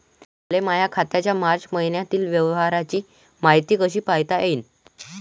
मले माया खात्याच्या मार्च मईन्यातील व्यवहाराची मायती कशी पायता येईन?